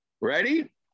Ready